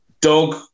Dog